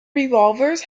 revolvers